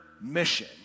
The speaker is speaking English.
mission